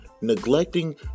Neglecting